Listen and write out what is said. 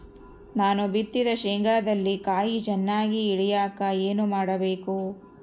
ನಾನು ಬಿತ್ತಿದ ಶೇಂಗಾದಲ್ಲಿ ಕಾಯಿ ಚನ್ನಾಗಿ ಇಳಿಯಕ ಏನು ಮಾಡಬೇಕು?